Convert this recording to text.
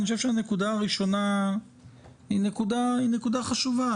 אני חושב שהנקודה הראשונה היא נקודה חשובה.